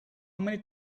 many